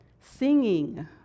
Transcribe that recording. Singing